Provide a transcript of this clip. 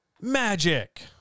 magic